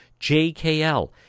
JKL